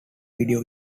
video